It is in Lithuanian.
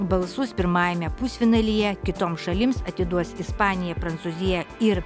balsus pirmajame pusfinalyje kitoms šalims atiduos ispanija prancūzija ir